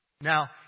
Now